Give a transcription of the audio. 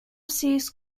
seas